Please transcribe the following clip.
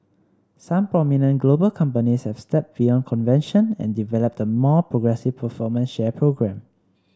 some prominent global companies have stepped beyond convention and developed the more progressive performance share programme